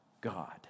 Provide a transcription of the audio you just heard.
God